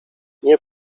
nie